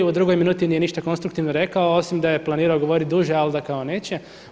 U drugoj minuti nije ništa konstruktivno rekao osim da je planirao govoriti duže ali da kao neće.